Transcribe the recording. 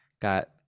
got